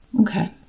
Okay